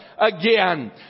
again